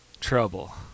trouble